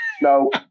no